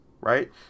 right